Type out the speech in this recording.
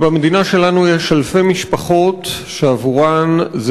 במדינה שלנו יש אלפי משפחות שעבורן זה